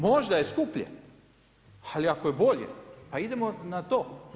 Možda je skuplje, ali ako je bolje, pa idemo na to.